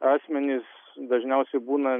asmenys dažniausiai būna